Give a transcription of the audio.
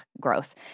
gross